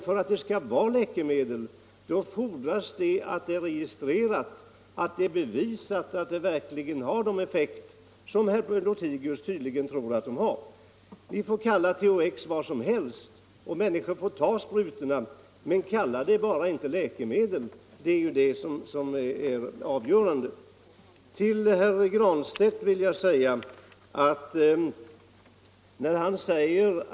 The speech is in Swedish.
För att det skall vara ett läkemedel fordras att det är registrerat, dvs. att det är bevisat att det verkligen har de effekter som herr Lothigius tydligen tror att det har. Vi får kalla THX vad som helst, och människor får ta sprutorna, men kalla det inte för läkemedel! Det är det som är avgörande.